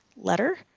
letter